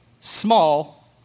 Small